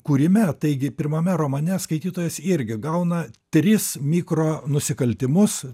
kūrime taigi pirmame romane skaitytojas irgi gauna tris mikronusikaltimus